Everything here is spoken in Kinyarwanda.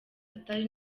atari